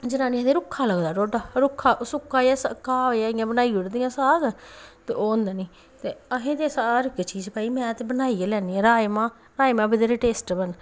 जनानियां आखदियां रुक्खा लगदा ढोड्डा रुक्खा सुक्का जेहा इ'यां बनाई ओड़दियां साग ते ओह् होंदा निंं ते असें हर इक चीज भाई में ते बनाई गै लैन्नी ऐं राजमांह् राजमांह् बथ्हेरे टेस्ट बनदे